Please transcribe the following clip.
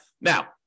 Now